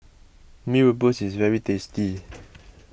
Mee Rebus is very tasty